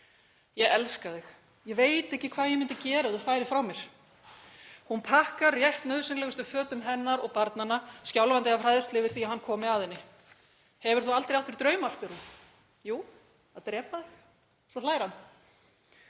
Ég elska þig. Ég veit ekki hvað ég myndi gera ef þú færir frá mér. Hún pakkar rétt nauðsynlegustu fötum sínum og barnanna, skjálfandi af hræðslu yfir því að hann komi að henni. Hefur þú aldrei átt þér drauma? Spyr hún. Jú, að drepa þig. Svo hlær hann.